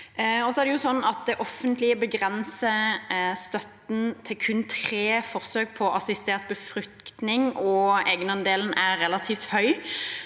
er det sånn at det offentlige begrenser støtten til kun tre forsøk på assistert befruktning, og egenandelen er relativt høy,